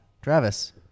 Travis